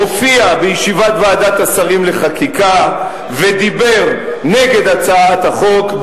הופיע בישיבת ועדת השרים לחקיקה ודיבר נגד הצעת החוק,